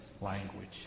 language